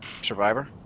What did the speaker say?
Survivor